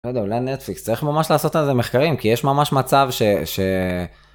לא יודע, אולי... צריך ממש לעשות על זה מחקרים כי יש ממש מצב ש... ש...